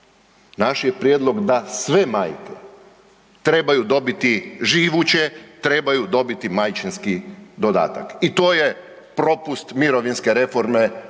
Naš je prijedlog da sve majke trebaju dobiti živuće, trebaju dobiti majčinski dodatak i to je propust mirovinske reforme